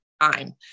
time